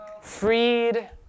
Freed